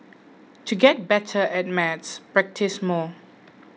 to get better at maths practise more